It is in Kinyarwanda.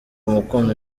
umukunzi